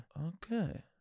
Okay